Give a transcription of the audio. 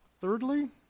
Thirdly